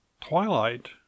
Twilight